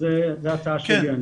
זו ההצעה שלי.